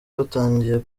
batangiye